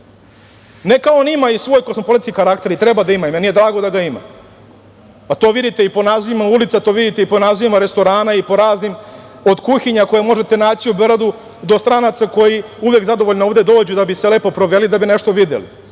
Neka on ima i svoj kosmopolitski karakter, i treba da ima, i meni je drago da ga ima, a to vidite i po nazivima ulica, to vidite i po nazivima restorana, i po raznim, od kuhinja koje možete naći u Beogradu do stranaca koji uvek zadovoljno ovde dođu da bi se lepo proveli i da bi nešto videli.